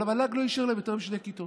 אבל המל"ג לא אישר להם יותר משתי כיתות,